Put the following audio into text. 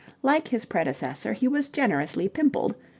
like his predecessor he was generously pimpled,